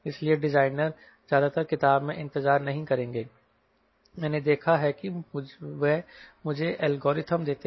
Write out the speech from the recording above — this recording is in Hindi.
इसलिए डिजाइनर ज्यादातर किताब में इंतजार नहीं करेंगे मैंने देखा है कि वे मुझे एल्गोरिथ्म देते हैं